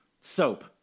Soap